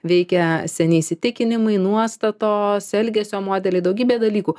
veikia seni įsitikinimai nuostatos elgesio modeliai daugybė dalykų